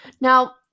Now